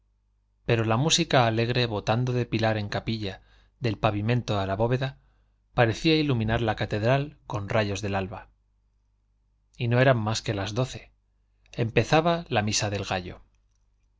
pero la música alegre botando de pilar en capilla del pavimento a la bóveda parecía iluminar la catedral con rayos del alba y no eran más que las doce empezaba la misa del gallo